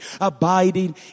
abiding